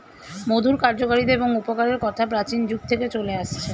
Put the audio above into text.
মধুর কার্যকারিতা এবং উপকারের কথা প্রাচীন যুগ থেকে চলে আসছে